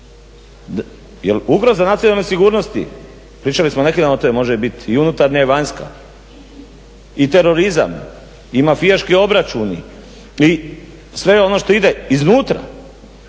ugroza nacionalne sigurnosti pričali smo neki dan o toj, može bit i unutarnja i vanjska i terorizam i mafijaški obračuni i sve ono što ide iznutra